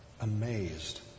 amazed